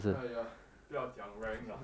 !aiya! 不要讲 rank lah